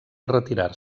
retirar